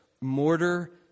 mortar